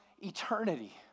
eternity